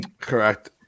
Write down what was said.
Correct